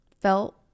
felt